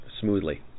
smoothly